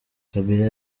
kabila